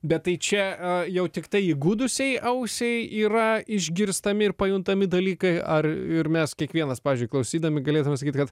bet tai čia a jau tiktai įgudusiai ausiai yra išgirstami ir pajuntami dalykai ar ir mes kiekvienas pavyzdžiui klausydami galėtume sakyt kad